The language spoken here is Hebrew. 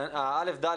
ה-א'-ד',